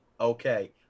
okay